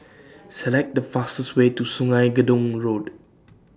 Select The fastest Way to Sungei Gedong Road